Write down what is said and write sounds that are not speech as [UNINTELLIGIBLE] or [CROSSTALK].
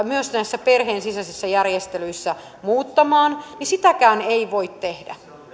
[UNINTELLIGIBLE] myös näissä perheen sisäisissä järjestelyissä muuttamaan niin sitäkään ei voi tehdä